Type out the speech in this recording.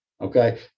Okay